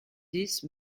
dix